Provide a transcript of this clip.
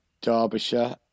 Derbyshire